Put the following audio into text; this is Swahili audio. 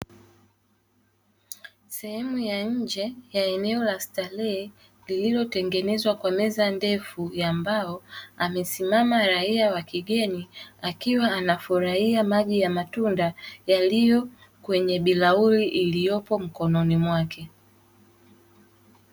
Sehemu ya nje ya eneo la starehe lililotengenezwa kwa meza ndefu ya mbao amesimama raia wa kigeni akiwa anafurahia maji ya matunda yaliyo kwenye bilauri iliyopo mkononi mwake.